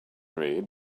read